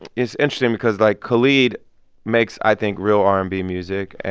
it's interesting because, like, khalid makes, i think, real r and b music,